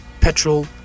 petrol